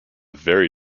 very